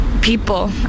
people